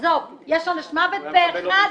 עזוב, יש עונש מוות פה אחד.